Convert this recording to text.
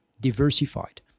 diversified